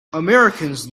americans